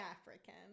African